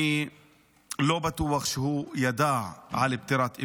אני לא בטוח שהוא ידע על פטירת אימו,